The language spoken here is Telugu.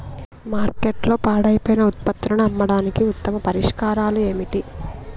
మార్కెట్లో పాడైపోయిన ఉత్పత్తులను అమ్మడానికి ఉత్తమ పరిష్కారాలు ఏమిటి?